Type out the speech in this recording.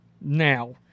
now